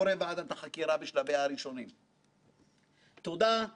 אייל אוסטרינסקי ונתנאל דיין,